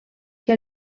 que